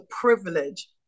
privilege